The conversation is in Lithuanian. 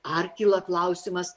ar kyla klausimas